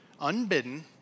unbidden